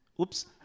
oops